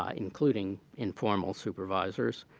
um including informal supervisors,